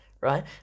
right